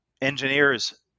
engineers